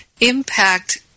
impact